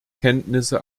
kenntnisse